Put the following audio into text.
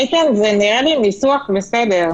איתן, זה נראה לי ניסוח בסדר.